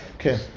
Okay